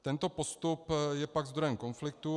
Tento postup je pak zdrojem konfliktů.